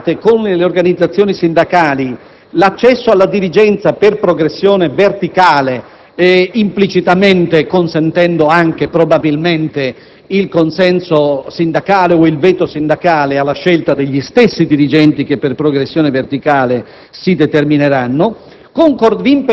Concordate con le organizzazioni sindacali l'accesso alla dirigenza per progressione verticale, probabilmente consentendo implicitamente anche il consenso o il veto sindacale alla scelta degli stessi dirigenti che per progressione verticale si determineranno.